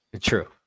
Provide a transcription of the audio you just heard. True